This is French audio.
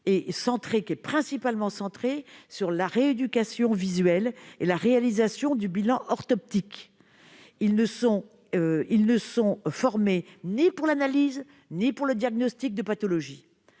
principalement centrée sur la rééducation visuelle et la réalisation du bilan orthoptique. Ils ne sont formés ni pour l'analyse ni pour le diagnostic de pathologies.